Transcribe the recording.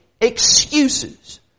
excuses